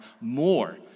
more